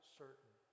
certain